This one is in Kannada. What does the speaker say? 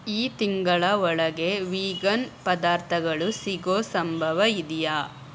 ಈ ತಿಂಗಳ ಒಳಗೆ ವೀಗನ್ ಪದಾರ್ಥಗಳು ಸಿಗೋ ಸಂಭವ ಇದೆಯಾ